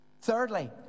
Thirdly